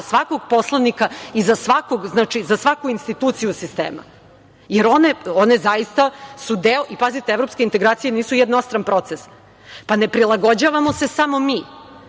za svakog poslanika i za svaku instituciju sistema. Pazite, evropske integracije nisu jednostran proces. Ne prilagođavamo se samo mi.